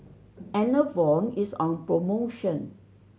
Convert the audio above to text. enervon is on promotion